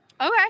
Okay